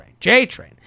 JTRAIN